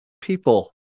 People